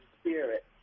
Spirit